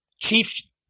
Chief